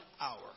hour